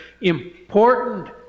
Important